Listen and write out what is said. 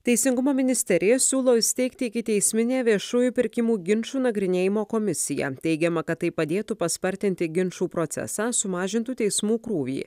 teisingumo ministerija siūlo įsteigti ikiteisminę viešųjų pirkimų ginčų nagrinėjimo komisiją teigiama kad tai padėtų paspartinti ginčų procesą sumažintų teismų krūvį